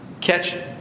catch